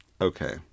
Okay